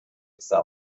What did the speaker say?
excel